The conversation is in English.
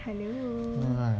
hello